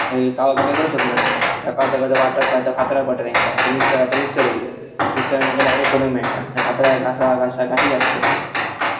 काळोखान काय करूंक शकानाना तर सकाळच्या काय तां वाटप काडच्या फातरार पडटा तेंकां तां मिक्सर आतां मिक्सर येयले मिक्सरान तेंकां डायरॅक्ट करूंक मेळटा ते फातरार घासा घासा घाशीत आसतत